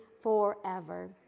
forever